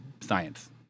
science